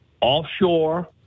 offshore